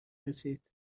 رسید